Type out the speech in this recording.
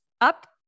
up